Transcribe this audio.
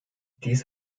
dies